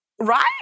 Right